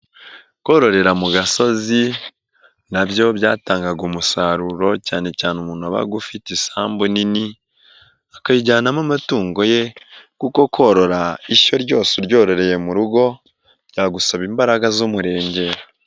Kororera mu gasozi na byo byatangaga umusaruro cyane cyane umuntu wabaga ufite isambu nini akayijyanamo amatungo ye kuko korora ishyo ryose uryoroye mu rugo byagusaba imbaraga z'umurenge.